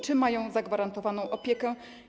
Czy mają zagwarantowaną opiekę?